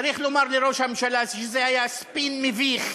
צריך לומר לראש הממשלה שזה היה ספין מביך,